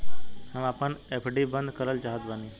हम आपन एफ.डी बंद करल चाहत बानी